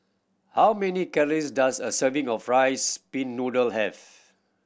how many calories does a serving of rice pin noodle have